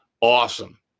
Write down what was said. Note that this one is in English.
awesome